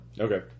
Okay